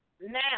Now